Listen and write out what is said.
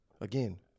Again